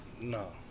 No